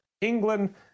England